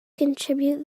contribute